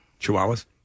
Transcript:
Chihuahuas